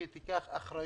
שהיא תיקח אחריות